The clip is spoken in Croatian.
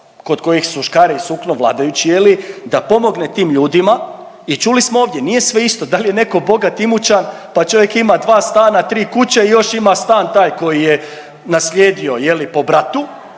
kod kojih su škare i sukno, vladajući je li da pomogne tim ljudima i čuli smo ovdje nije sve isto da li je netko bogat imućan, pa čovjek ima 2 stana, 3 kuće i još ima stan taj koji je naslijedio je li po bratu,